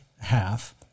half